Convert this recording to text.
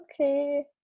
okay